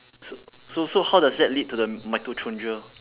so so so how does that lead to the mitochondria